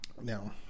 now